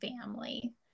family